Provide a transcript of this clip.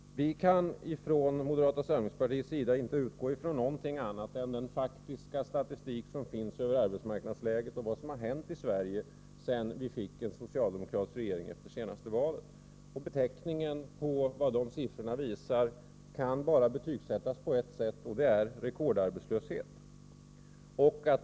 Vi kan från moderata samlingspartiet inte utgå från något annat än den faktiska statistik som finns över arbetsmarknadsläget och vad som har hänt i Sverige sedan vi fick en socialdemokratisk regering efter det senaste valet. Och det som de siffrorna visar kan bara betecknas på ett sätt, nämligen som rekordarbetslöshet.